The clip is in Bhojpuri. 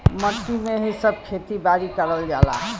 मट्टी में ही सब खेती बारी करल जाला